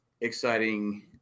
exciting